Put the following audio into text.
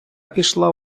пішла